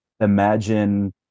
Imagine